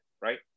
right